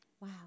Wow